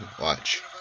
Watch